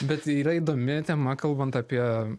bet yra įdomi tema kalbant apie